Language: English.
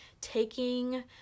taking